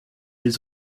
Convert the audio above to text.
les